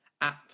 app